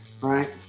right